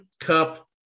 Cup